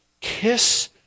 Kiss